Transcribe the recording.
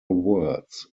words